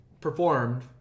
performed